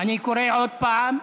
אני קורא עוד פעם.